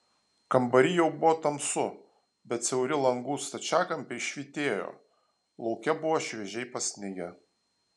kambary jau buvo tamsu bet siauri langų stačiakampiai švytėjo lauke buvo šviežiai pasnigę